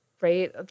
right